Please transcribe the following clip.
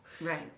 Right